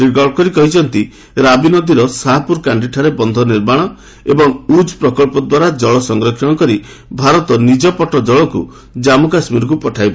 ଶ୍ରୀ ଗଡକରୀ କହିଛନ୍ତି ରାବି ନଦୀର ସାହାପୁର କାଣ୍ଡିଠାରେ ବନ୍ଧ ନିର୍ମାଣ ଏବଂ ଉଝ୍ ପ୍ରକଳ୍ପ ଦ୍ୱାରା ଜଳ ସଂରକ୍ଷଣ କରି ଭାରତ ନିଜ ପଟ ଜଳକୁ ଜାନ୍ମୁ କାଶ୍ମୀରକୁ ପଠାଇବ